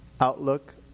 outlook